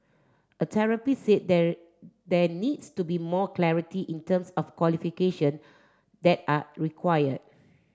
a therapist said there there needs to be more clarity in terms of qualification that are required